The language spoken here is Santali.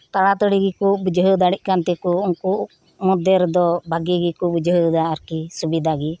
ᱛᱟᱲᱟᱛᱟᱹᱲᱤ ᱜᱮᱠᱩ ᱵᱩᱡᱷᱟᱹᱣ ᱫᱟᱲᱤᱭᱟᱜ ᱠᱟᱱᱛᱮᱠᱚ ᱩᱱᱠᱩ ᱢᱚᱫᱽᱫᱷᱮᱨᱮ ᱫᱚ ᱵᱷᱟᱜᱮ ᱜᱮᱠᱩ ᱵᱩᱡᱷᱟᱹᱣ ᱮᱫᱟ ᱟᱨᱠᱤ ᱥᱩᱵᱤᱫᱷᱟᱜᱮ